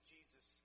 Jesus